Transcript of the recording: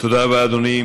תודה רבה, אדוני.